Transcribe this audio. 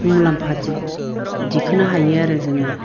मुलाम्फा दिखोनो हायो आरो जोङो